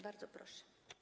Bardzo proszę.